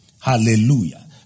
Hallelujah